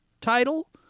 title